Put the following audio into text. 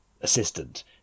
assistant